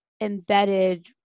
embedded